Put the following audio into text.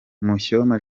mushyoma